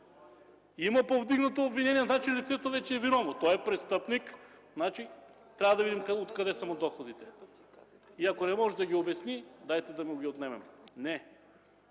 има повдигнато обвинение, видите ли, значи лицето вече е виновно. Той е престъпник, значи трябва да видим откъде са му доходите. И ако не може да ги обясни, дайте да му ги отнемем. Не!